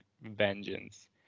vengeance